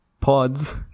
pods